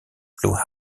blue